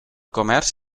comerç